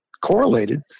correlated